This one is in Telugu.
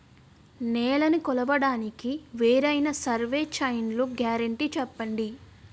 నేలనీ కొలవడానికి వేరైన సర్వే చైన్లు గ్యారంటీ చెప్పండి?